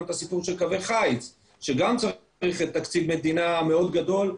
את הסיפור של קווי חיץ שגם דורשים תקציב מדינה מאוד גדול.